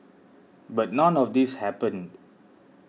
but none of this happened